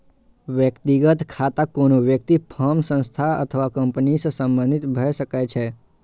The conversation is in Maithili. व्यक्तिगत खाता कोनो व्यक्ति, फर्म, संस्था अथवा कंपनी सं संबंधित भए सकै छै